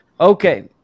Okay